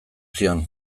zion